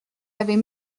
avait